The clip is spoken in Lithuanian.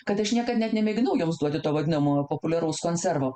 kad aš niekad net nemėginau joms duoti to vadinamo populiaraus konservo